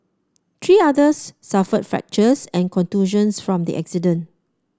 three others suffered fractures and contusions from the accident